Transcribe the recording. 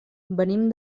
venim